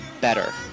better